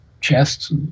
chests